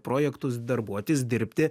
projektus darbuotis dirbti